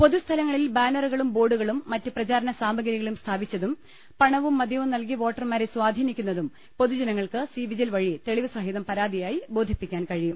പൊതുസ്ഥ ലങ്ങളിൽ ബാനറുകളും ബോർഡുകളും മറ്റു പ്രചാരണ സാമഗ്രി കളും സ്ഥാപിച്ചതും പണവും മദ്യവും നൽകി വോട്ടർമാരെ സ്ഥാധീ നിക്കുന്നതും പൊതുജനങ്ങൾക്ക് സി വിജിൽ വഴി തെളിവ് സഹിതം പരാതിയായി ബോധിപ്പിക്കാൻ കഴിയും